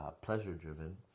pleasure-driven